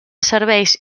serveis